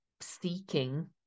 seeking